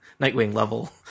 Nightwing-level